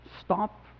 stop